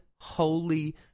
holy